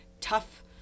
tough